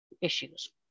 issues